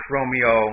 Romeo